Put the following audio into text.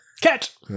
Catch